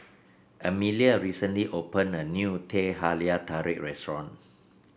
Emelia recently opened a new Teh Halia Tarik restaurant